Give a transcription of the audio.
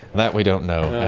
that we don't know.